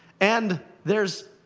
and there's